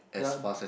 ya